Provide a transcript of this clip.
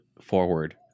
forward